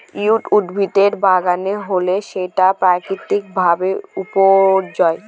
weed উদ্ভিদের বাগানে হলে সেটা প্রাকৃতিক ভাবে বিপর্যয়